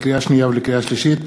לקריאה שנייה ולקריאה שלישית,